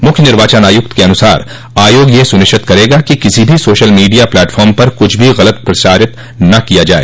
मुख्य निर्वाचन आयुक्त के अनुसार आयोग यह सुनिश्चित करेगा कि किसी भी सोशल मीडिया प्लेटफॉर्म पर कुछ भी गलत प्रचारित न किया जाए